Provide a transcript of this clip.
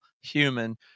human